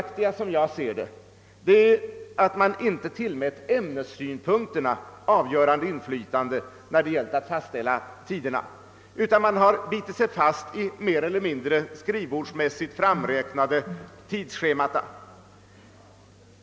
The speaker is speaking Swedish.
Enligt min mening är det emellertid felaktigt att man inte tillmätt ämnessynpunkterna avgörande betydelse när det gällt att fastställa tiderna, utan bitit sig fast vid mer eller mindre skrivbordsmässigt framräknade tidsschemata.